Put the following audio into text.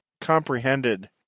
comprehended